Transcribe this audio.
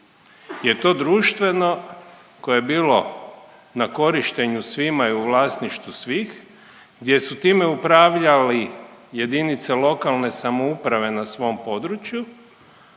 jer to društveno koje je bilo na korištenju svima i u vlasništvu svih, gdje su time upravljali jedinice lokalne samouprave na svom području